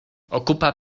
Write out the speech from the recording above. ocupa